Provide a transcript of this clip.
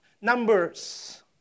Numbers